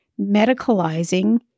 medicalizing